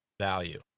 value